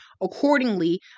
Accordingly